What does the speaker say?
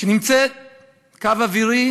שנמצא בקו אווירי